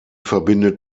verbindet